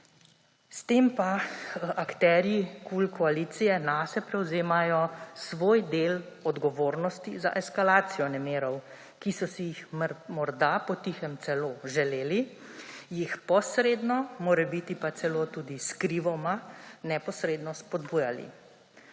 S tem pa akterji KUL koalicije nase prevzemajo svoj del odgovornosti za eskalacijo nemirov, ki so si jih morda po tihem celo želeli, jih posredno, morebiti pa celo tudi skrivoma neposredno spodbujali,